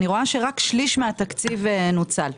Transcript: אני רואה שרק שליש מהתקציב נוצל.